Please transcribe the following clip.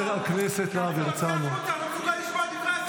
השב"כ שלי ושלך -- אתם לא נורמליים.